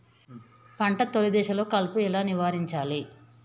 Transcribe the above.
పంట తొలి దశలో కలుపు ఎలా నివారించాలి?